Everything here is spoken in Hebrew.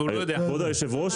כבוד היושב ראש,